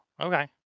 Okay